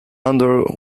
under